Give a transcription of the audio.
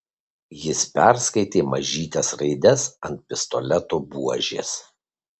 jis perskaitė mažytes raides ant pistoleto buožės